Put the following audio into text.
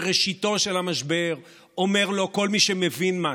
מראשיתו של המשבר אומר לו כל מי שמבין משהו: